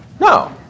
No